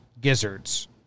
Gizzards